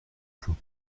font